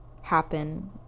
happen